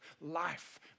life